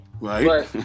Right